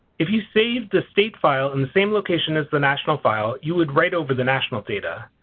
if you saved the state file in the same location as the national file, you would write over the national data.